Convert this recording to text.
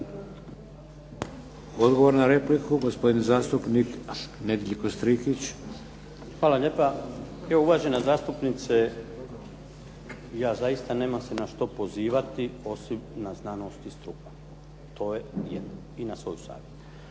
Odgovor na repliku, gospodin zastupnik Nedjeljko Strikić. **Strikić, Nedjeljko (HDZ)** Hvala lijepa. Evo uvažena zastupnice, ja zaista nemam se na što pozivati osim na znanost i struku. To je jedno. I na svoju savjest.